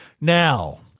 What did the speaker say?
Now